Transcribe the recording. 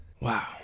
Wow